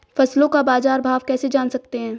फसलों का बाज़ार भाव कैसे जान सकते हैं?